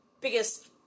biggest